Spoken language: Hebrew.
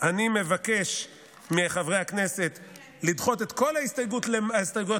אני מבקש מחברי הכנסת לדחות את כל ההסתייגויות